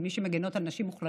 כמי שמגינות על נשים מוחלשות,